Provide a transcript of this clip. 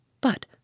but